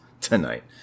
tonight